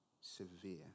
Severe